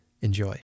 Enjoy